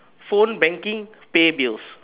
phone banking pay bills